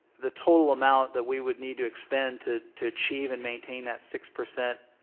the total amount that we would need to expend to to achieve and maintain that six percent